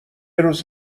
روز